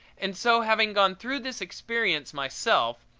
and so, having gone through this experience myself,